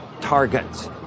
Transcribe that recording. targets